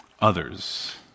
Others